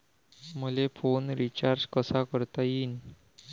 मले phone recharge कसा करता येईन?